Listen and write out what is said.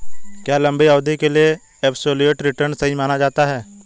क्या लंबी अवधि के लिए एबसोल्यूट रिटर्न सही माना जाता है?